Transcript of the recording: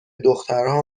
دخترها